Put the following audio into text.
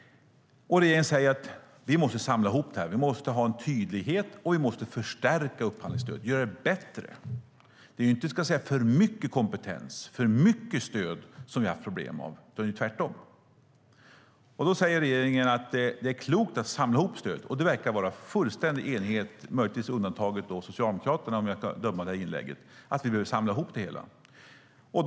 Regeringen säger: Vi måste samla ihop detta. Vi måste ha en tydlighet, förstärka upphandlingsstödet och göra det bättre. Det är inte för mycket kompetens och för mycket stöd som vi har haft problem med utan tvärtom. Regeringen säger att det är klokt att samla ihop stödet. Det verkar råda fullständig enighet om att vi behöver samla ihop det hela, möjligtvis med undantag av Socialdemokraterna, att döma av det senaste inlägget.